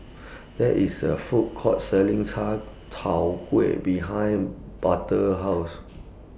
There IS A Food Court Selling Cai Tow Kuay behind Butler's House